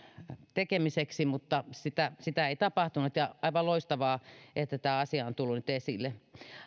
tekemiseen mutta sitä sitä ei tapahtunut aivan loistavaa että tämä asia on tullut nyt esille